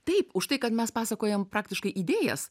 taip už tai kad mes pasakojam praktiškai idėjas